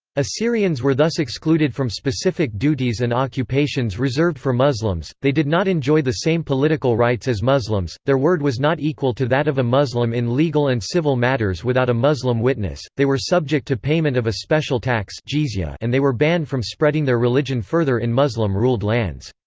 assyrians were thus excluded from specific duties and occupations reserved for muslims, they did not enjoy the same political rights as muslims, their word was not equal to that of a muslim in legal and civil matters without a muslim witness, they were subject to payment of a special tax and they were banned from spreading their religion further in muslim-ruled lands.